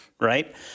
right